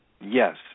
Yes